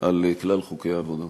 על כלל חוקי העבודה.